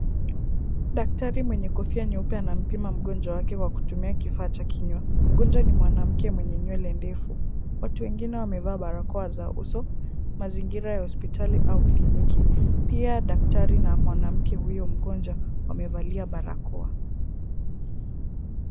Daktari mwenye kofia nyeupe anampima mgonjwa wake kwa kutumia kifaa cha kinywa. Mgonjwa ni mwanamke mwenye nywele ndefu. Watu wengine wamevaa barakoa za uso. Mazingira ya hospitali au kliniki. Pia daktari na mwanamke huyo mgonjwa wamevalia barakoa.